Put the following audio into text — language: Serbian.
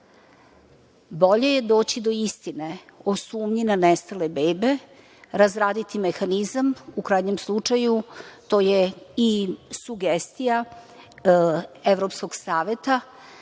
Bolje je doći do istine o sumnji na nestale bebe, razraditi mehanizam, u krajnjem slučaju to je i sugestija Evropskog saveta